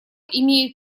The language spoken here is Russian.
имеет